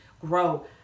grow